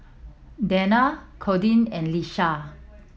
Dana Cordie and Lisha